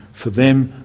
for them,